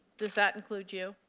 does not include you?